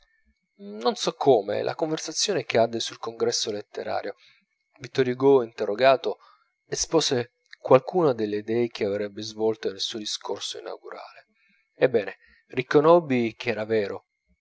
non so come la conversazione cadde sul congresso letterario vittor hugo interrogato espose qualcuna delle idee che avrebbe svolte nel suo discorso inaugurale ebbene riconobbi ch'era vero